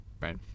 right